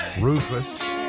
Rufus